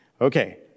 Okay